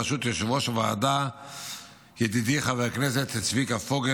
יושב-ראש הוועדה ידידי חבר הכנסת צביקה פוגל,